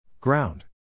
Ground